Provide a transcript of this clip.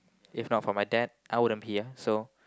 if not for my dad I wouldn't be here so